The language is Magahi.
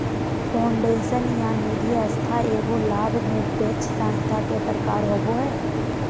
फाउंडेशन या निधिसंस्था एगो लाभ निरपेक्ष संस्था के प्रकार होवो हय